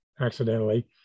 accidentally